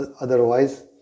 Otherwise